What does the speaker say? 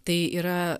tai yra